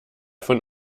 von